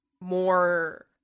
more